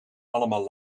allemaal